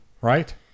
right